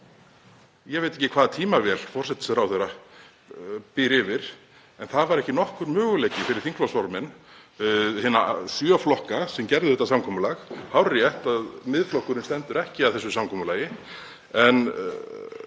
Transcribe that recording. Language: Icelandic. Ég veit ekki hvaða tímavél forsætisráðherra býr yfir en það var ekki nokkur möguleiki fyrir þingflokksformenn hinna sjö flokka sem gerðu þetta samkomulag — hárrétt að Miðflokkurinn stendur ekki að því samkomulagi.